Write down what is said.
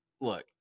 Look